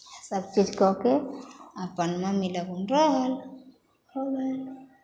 सभचीज कऽ कऽ अपन मम्मी लगमे रहल हो गेलै